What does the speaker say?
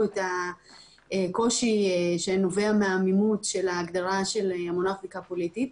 את הקושי שנובע מהעמימות של ההגדרה של המונח זיקה פוליטית.